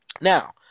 Now